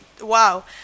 wow